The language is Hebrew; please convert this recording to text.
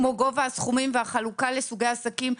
כמו גובה הסכומים והחלוקה לסוגי עסקים,